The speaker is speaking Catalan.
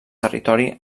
territori